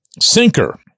sinker